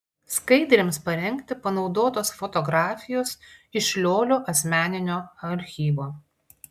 skaidrėms parengti panaudotos fotografijos iš liolio asmeninio archyvo